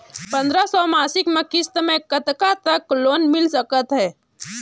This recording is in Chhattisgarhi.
पंद्रह सौ मासिक किस्त मे कतका तक लोन मिल सकत हे?